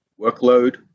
workload